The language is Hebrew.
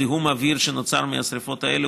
זיהום אוויר שנוצר מהשרפות האלה,